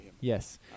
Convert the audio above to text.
Yes